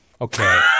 Okay